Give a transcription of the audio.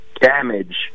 damage